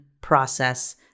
process